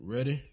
Ready